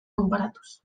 konparatuz